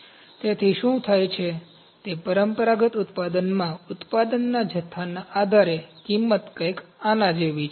તેથી શું થાય છે તે પરંપરાગત ઉત્પાદનમાં ઉત્પાદનના જથ્થાના આધારે કિંમત કંઈક આના જેવી છે